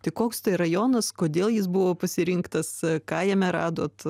tai koks tai rajonas kodėl jis buvo pasirinktas ką jame radot